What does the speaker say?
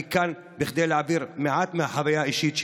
אני כאן כדי להעביר מעט מהחוויה האישית שלי,